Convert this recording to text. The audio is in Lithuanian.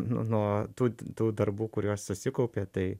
n nuo tų t tų darbų kuriuos susikaupė tai